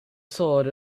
sword